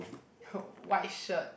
white shirt